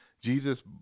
Jesus